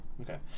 Okay